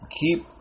keep